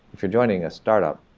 if you're joining a startup,